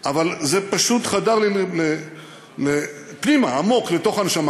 אבל זה פשוט חדר לי פנימה עמוק לתוך הנשמה,